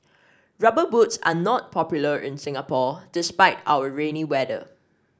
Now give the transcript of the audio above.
rubber boots are not popular in Singapore despite our rainy weather